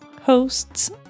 hosts